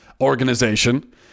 organization